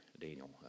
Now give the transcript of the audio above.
Daniel